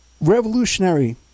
revolutionary